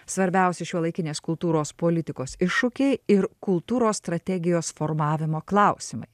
svarbiausi šiuolaikinės kultūros politikos iššūkiai ir kultūros strategijos formavimo klausimai